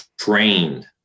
trained